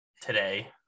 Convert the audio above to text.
today